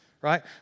right